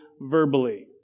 verbally